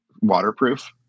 waterproof